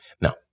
Now